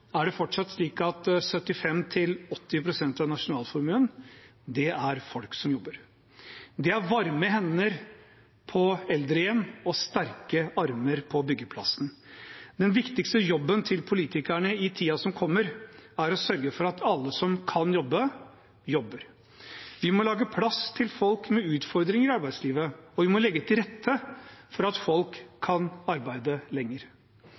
er stort, er det fortsatt slik at 75–80 pst. av nasjonalformuen er folk som jobber. Det er varme hender på eldrehjem og sterke armer på byggeplassen. Den viktigste jobben til politikerne i tiden som kommer, er å sørge for at alle som kan jobbe, jobber. Vi må lage plass til folk med utfordringer i arbeidslivet, og vi må legge til rette for at folk kan arbeide lenger.